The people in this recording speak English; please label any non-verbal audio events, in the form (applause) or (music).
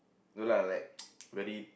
no lah like (noise) very